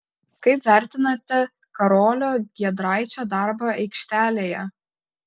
kaip vertinate karolio giedraičio darbą aikštelėje